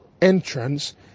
entrance